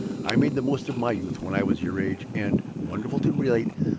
i made the most of my youth when i was your age and, wonderful to relate,